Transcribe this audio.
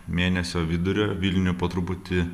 mėnesio vidurio vilnių po truputį